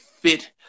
fit